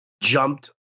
jumped